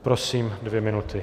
Prosím, dvě minuty.